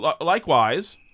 Likewise